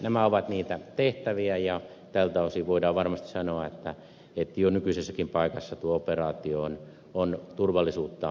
nämä ovat niitä tehtäviä ja tältä osin voidaan varmasti sanoa että jo nykyisessäkin paikassa tuo operaatio on turvallisuutta lisännyt